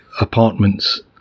apartments